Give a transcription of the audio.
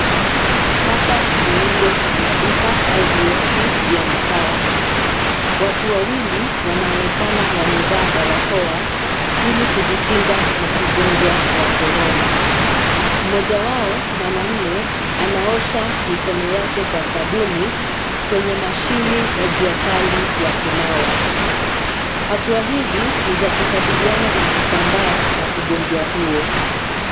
Hapa ni inje ya maduka au vioski vya mtaa. Watu wawili wanaonekana wamevaa barakoa ili kujjikinga na ugonjwa wa Corona. Mmoja wao, mwaume anaosha miko yake kwa sabuni kwenye mashine ya juakali ya kunawa. Hatua hizi ni za kukabiriana na kusambaa kwa ugonjwa huo.